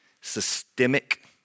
systemic